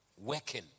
Working